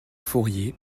fourier